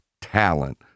talent